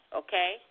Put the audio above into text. okay